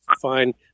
fine